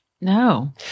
no